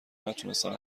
نتونستن